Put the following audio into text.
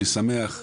אני שמח.